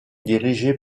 dirigé